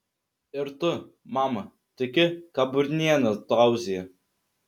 ir tu mama tiki ką burnienė tauzija